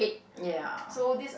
ya